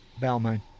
Balmain